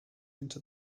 into